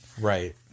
Right